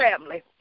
family